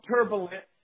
turbulent